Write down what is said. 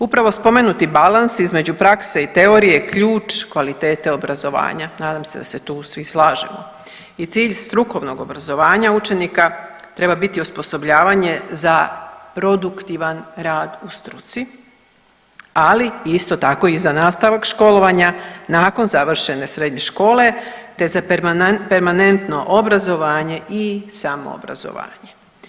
Upravo spomenuti balans između prakse i teorije je ključ kvalitete obrazovanja nadam se da se tu svi slažemo i cilj strukovnog obrazovanja učenika treba biti osposobljavanje za produktivan rad u struci, ali isto tako i za nastavak školovanja nakon završene srednje škole te za permanentno obrazovanje i samoobrazovanje.